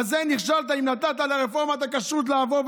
בזה נכשלת אם נתת לרפורמת הכשרות לעבור,